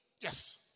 Yes